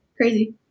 Crazy